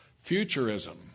Futurism